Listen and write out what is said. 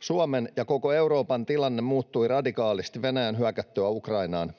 Suomen ja koko Euroopan tilanne muuttui radikaalisti Venäjän hyökättyä Ukrainaan.